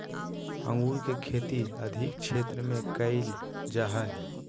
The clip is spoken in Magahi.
अंगूर के खेती अधिक क्षेत्र में कइल जा हइ